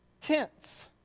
tense